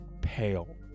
pale